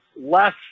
less